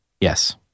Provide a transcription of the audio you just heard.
Yes